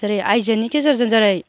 जेरै आयजोनि गेजेरजों जेरै